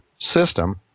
system